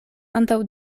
antaŭ